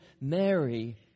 Mary